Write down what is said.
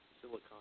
Silicon